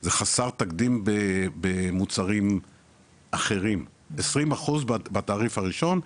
זה חסר תקדים במוצרים אחרים, 20% בתעריך הראשון,